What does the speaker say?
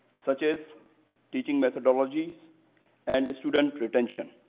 such as teaching methodologies and student retention.